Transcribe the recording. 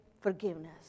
forgiveness